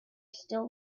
still